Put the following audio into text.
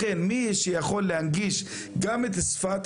לכן אני חושב שמי שיכול להנגיש גם את שפת